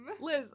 Liz